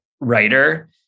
writer